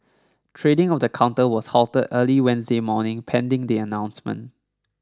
trading of the counter was halted early Wednesday morning pending the announcement